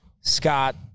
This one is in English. Scott